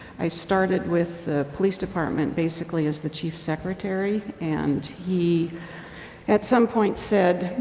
i started with police department basically as the chief secretary. and he at some point said,